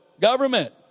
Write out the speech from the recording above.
government